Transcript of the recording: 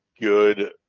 good